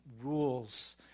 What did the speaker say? rules